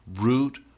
root